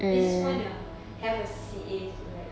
they just want to have a C_C_A so like